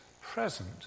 present